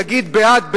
יגיד "בעד",